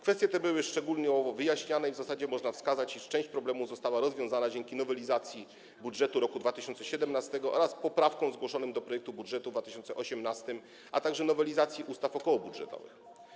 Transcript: Kwestie te były szczegółowo wyjaśniane i w zasadzie można wskazać, iż część problemów została rozwiązana dzięki nowelizacji budżetu roku 2017 oraz poprawkom zgłoszonym do projektu budżetu w 2018 r., a także nowelizacji ustaw okołobudżetowych.